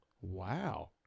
Wow